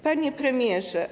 Panie Premierze!